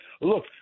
look